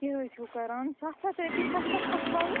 کیٚاہ حظ چھُو کَران سَتھ ہَتھ رۄپیِہ سَتھ ہَتھ کَتھ حالَس